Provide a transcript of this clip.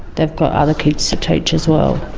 they've got other kids to teach as well.